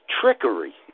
trickery